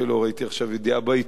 ראיתי עכשיו ידיעה בעיתון,